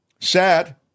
Sad